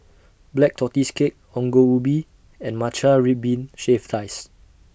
Black Tortoise Cake Ongol Ubi and Matcha Red Bean Shaved Ice